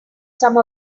some